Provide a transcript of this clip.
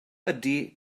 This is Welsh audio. ydy